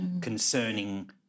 concerning